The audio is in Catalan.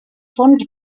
fons